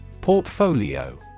Portfolio